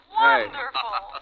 wonderful